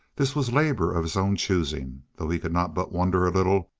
this was labor of his own choosing, though he could not but wonder a little,